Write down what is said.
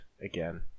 again